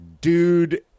dude